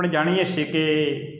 આપણે જાણીએ છીએ કે